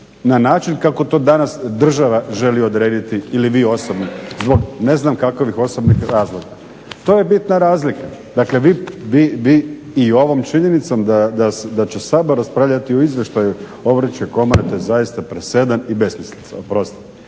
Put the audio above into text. na način kako to danas država želi odrediti ili vi osobno zbog ne znam kakvih osobnih razloga. To je bitna razlika. Dakle, vi i ovom činjenicom da će Sabor raspravljati o izvještaju Obrtničke komore to je zaista presedan i besmislica, oprostite!